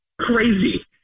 crazy